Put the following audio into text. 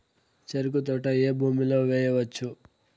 చెరుకు తోట ఏ భూమిలో వేయవచ్చు?